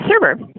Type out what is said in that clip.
server